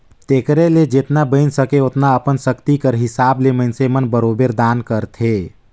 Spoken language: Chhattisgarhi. तेकरे ले जेतना बइन सके ओतना अपन सक्ति कर हिसाब ले मइनसे मन बरोबेर दान करथे